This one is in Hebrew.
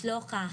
משלוחה,